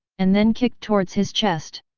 and then kicked towards his chest.